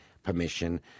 permission